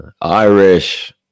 Irish